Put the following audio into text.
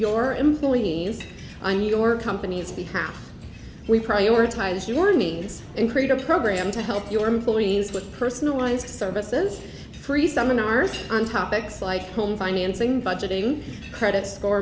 your employees on your company's behalf we prioritize your needs and create a program to help your employees with personalized services free seminars on topics like home financing budgeting credit score